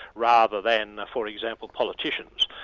rather than, for example, politicians.